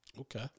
okay